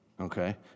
okay